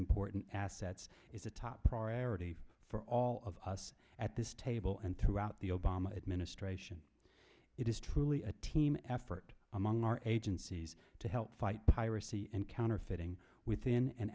important assets is a top priority for all of us at this table and throughout the obama administration it is truly a team effort among our agencies to help fight piracy and counterfeiting within an